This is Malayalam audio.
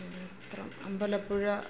ക്ഷേത്രം അമ്പലപ്പുഴ